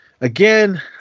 Again